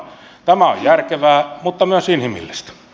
tämä on järkevää mutta myös inhimillistä